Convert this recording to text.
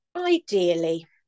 ideally